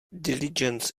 diligence